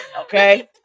Okay